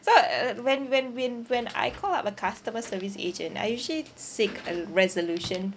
so uh when when when when I call up a customer service agent I usually seek a resolution